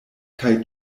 kaj